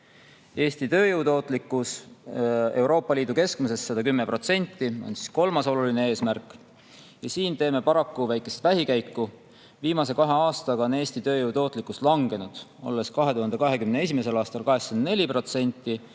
Eesti tööjõu tootlikkus 110% Euroopa Liidu keskmisest on kolmas oluline eesmärk. Siin teeme paraku väikest vähikäiku. Viimase kahe aastaga on Eesti tööjõu tootlikkus langenud, olles 2021. aastal 84%